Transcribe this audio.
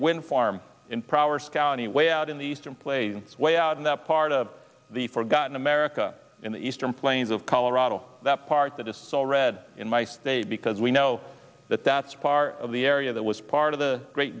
wind farm in power scow anyway out in the eastern plains way out in that part of the forgotten america in the eastern plains of colorado that part that is all red in my state because we know that that's part of the area that was part of the great